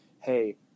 hey